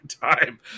time